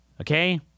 Okay